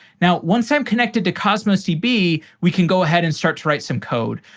now, once i'm connected to cosmos db, we can go ahead and start to write some code.